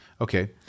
Okay